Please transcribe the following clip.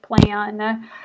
plan